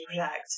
protect